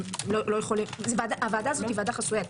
הוועדה הזאת חסויה.